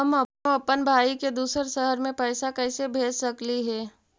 हम अप्पन भाई के दूसर शहर में पैसा कैसे भेज सकली हे?